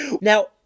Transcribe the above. Now